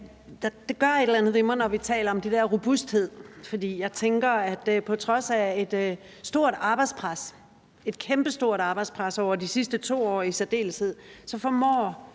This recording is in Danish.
Det gør et eller andet ved mig, når vi taler om den der robusthed, for jeg tænker, at på trods af et kæmpestort arbejdspres over de sidste 2 år i særdeleshed formår